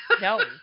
No